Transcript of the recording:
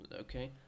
Okay